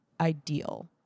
ideal